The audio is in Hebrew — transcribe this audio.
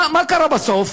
מה קרה בסוף?